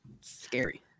scary